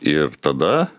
ir tada